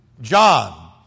John